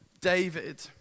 David